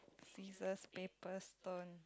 scissors paper stone